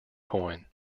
coin